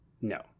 No